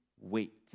wait